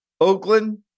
Oakland